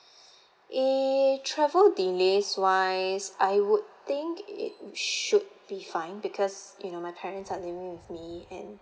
eh travel delays wise I would think it should be fine because you know my parents are living with me and